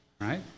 Right